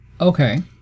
Okay